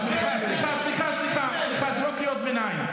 סליחה, סליחה, לא קריאות ביניים.